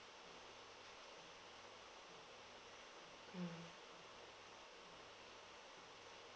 mm